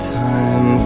time